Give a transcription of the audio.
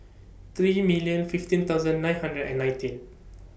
three million fifteen thousand nine hundred and nineteen